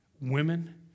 women